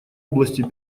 области